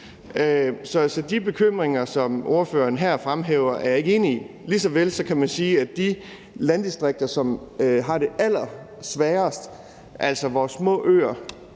så de bekymringer, som ordføreren her fremhæver, er jeg ikke enig i. Lige så vel kan man sige, at i forhold de landdistrikter, som har det allersværest, altså vores små øer,